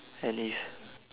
and live